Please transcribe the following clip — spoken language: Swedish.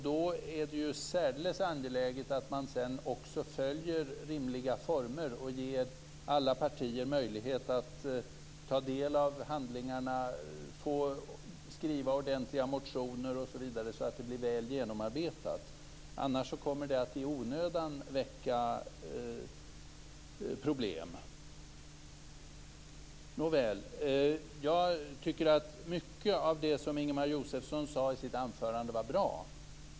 Då är det särdeles angeläget att man sedan också följer rimliga former och ger alla partier möjlighet att ta del av handlingarna, skriva ordentliga motioner osv. så att ärendet blir väl genomarbetat. Annars kommer det att i onödan skapa problem. Nåväl, jag tycker att mycket av det som Ingemar Josefsson sade i sitt anförande var bra.